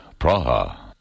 Praha